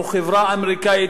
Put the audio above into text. או חברה אמריקנית,